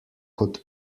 kot